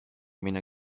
minna